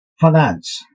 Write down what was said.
finance